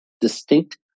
distinct